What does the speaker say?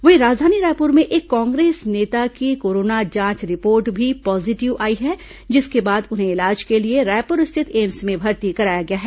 वहीं राजधानी रायपुर में एक कांग्रेस नेता की कोरोना जांच रिपोर्ट भी पॉजीटिव आई है जिसके बाद उन्हें इलाज के लिए रायपुर स्थित एम्स में भर्ती कराया गया है